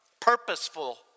purposeful